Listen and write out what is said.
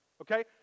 Okay